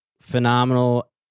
phenomenal